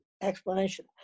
explanation